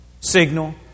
signal